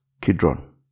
Kidron